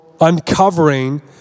uncovering